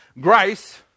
Grace